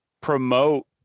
promote